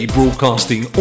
Broadcasting